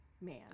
man